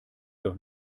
doch